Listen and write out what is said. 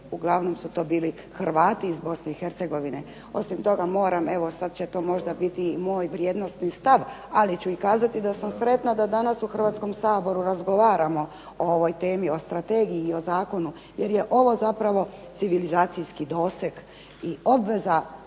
Uglavnom su to bili Hrvati iz Bosne i Hercegovine. Osim toga, moram evo sad će to možda biti moj vrijednosni stav, ali ću i kazati da sam sretna da danas u Hrvatskom saboru razgovaramo o ovoj temi, o strategiji i o zakonu jer je ovo zapravo civilizacijski doseg i obveza